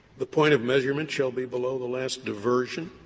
the point of measurement shall be below the last diversion?